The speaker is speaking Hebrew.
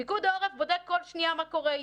פיקוד העורף בודק כל שנייה מה קורה איתי.